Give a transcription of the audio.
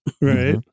Right